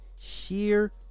sheer